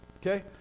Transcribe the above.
Okay